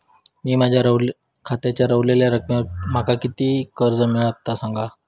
मी माझ्या खात्याच्या ऱ्हवलेल्या रकमेवर माका किती कर्ज मिळात ता सांगा?